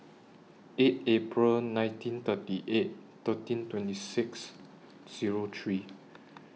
eight April nineteen thirty eight thirteen twenty six Zero three